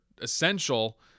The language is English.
essential